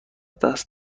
دست